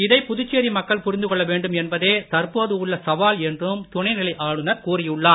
இதை புதுச்சேரி மக்கள் புரிந்து கொள்ள வேண்டும் என்பதே தற்போது உள்ள சவால் என்றும் துணைநிலை ஆளுநர் கூறியுள்ளார்